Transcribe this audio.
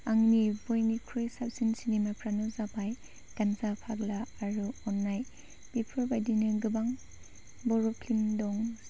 आंनि बयनिख्रुइ साबसिन सिनेमाफोरानो जाबाय गानजा फाग्ला आरो अननाय बेफोरबायदिनो गोबां बर' फिल्म दं